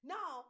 Now